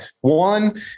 One